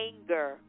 anger